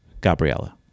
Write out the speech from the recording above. Gabriella